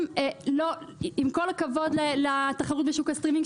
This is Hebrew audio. עם כל הכבוד לתחרות בשוק הסטרימינג,